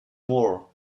more